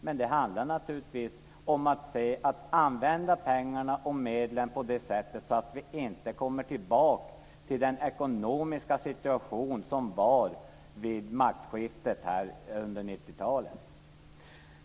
Men det handlar naturligtvis om att använda pengarna och medlen på så sätt att vi inte kommer tillbaka till den ekonomiska situation som rådde vid maktskiftet under 90-talet.